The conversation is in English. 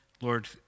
Lord